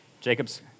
Jacob's